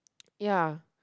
ya